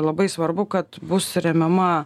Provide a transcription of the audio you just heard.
labai svarbu kad bus remiama